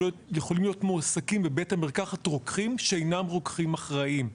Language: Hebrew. יכולים להיות מועסקים בבית המרקחת רוקחים שאינם רוקחים אחראיים.